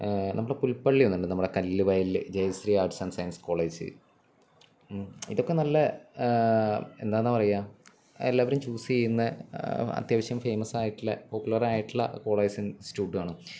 നമ്മുടെ പുൽപ്പള്ളിയില് ഒന്നുണ്ട് നമ്മുടെ കല്ലുവയലില് Jayasree arts and science college ഇതൊക്കെ നല്ല എന്താണെന്നാണു പറയുക എല്ലാവരും ചൂസെയ്യുന്ന അത്യാവശ്യം ഫേമസായിട്ടുള്ള പോപ്പുലറായിട്ടുള്ള കോളേജസും ഇൻസ്റ്റിറ്റ്യൂട്ടുമാണ്